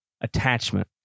attachment